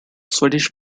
swedish